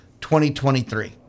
2023